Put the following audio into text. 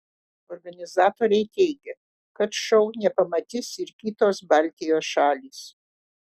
organizatoriai teigia kad šou nepamatys ir kitos baltijos šalys